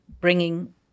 bringing